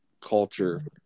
culture